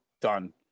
done